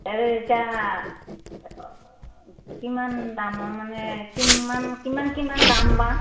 আৰু এতিয়া কিমান দামৰ মানে কিমান কিমান কিমান দাম বা